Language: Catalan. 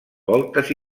voltes